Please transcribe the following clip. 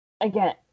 Again